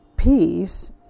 Peace